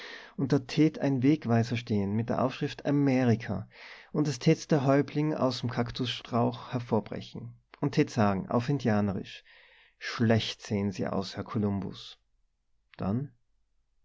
und da tät ein wegweiser stehen mit der aufschrift amerika und es tät der häuptling aus'm kaktusstrauch hervorbrechen und tät sagen auf indianerisch schlecht sehen se aus herr columbus dann